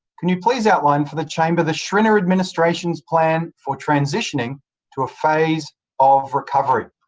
can you please outline for the chamber the schrinner administration's plan for transitioning to a phase of recovery?